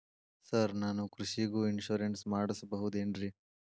Sir ನಾನು ಕೃಷಿಗೂ insurance ಮಾಡಸಬಹುದೇನ್ರಿ?